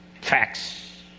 facts